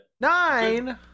Nine